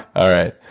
alright,